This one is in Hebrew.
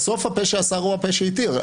בסוף הפה שאסר הוא הפה שהתיר.